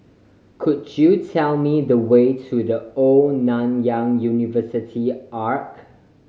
could you tell me the way to The Old Nanyang University Arch